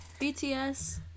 BTS